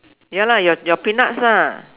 ya lah your your peanuts lah